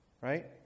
right